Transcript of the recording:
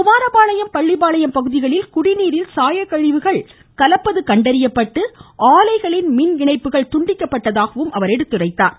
குமாரபாளையம் பள்ளிப்பாளையம் பகுதிகளில் குடிநீரில் சாயக்கழிவுகள் கலப்பது கண்டறியப்பட்டு ஆலைகளின் மின் இணைப்புகள் துண்டிக்கப்பட்டுள்ளதாகவும் கூறினார்